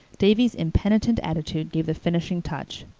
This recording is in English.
davy's impenitent attitude gave the finishing touch.